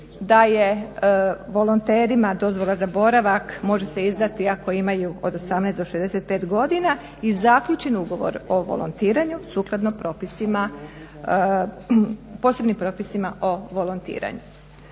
da je volonterima dozvola za boravak može se izdati ako imaju od 18 do 65 godina i zaključen Ugovor o volontiranju sukladno posebnim propisima o volontiranju.